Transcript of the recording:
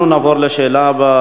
אנחנו נעבור לשאילתא הבאה,